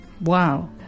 Wow